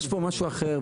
יש פה משהו אחר,